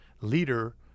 leader